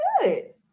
good